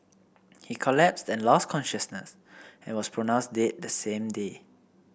he collapsed and lost consciousness and was pronounced dead the same day